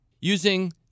using